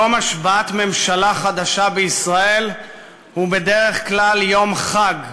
יום השבעת ממשלה חדשה בישראל הוא בדרך כלל יום חג: